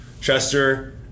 Chester